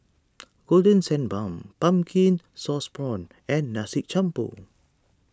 Golden Sand Bun Pumpkin Sauce Prawns and Nasi Campur